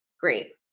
Great